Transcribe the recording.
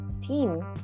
team